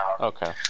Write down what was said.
Okay